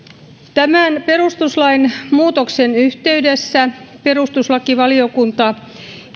tämän perustuslain muutoksen yhteydessä perustuslakivaliokunta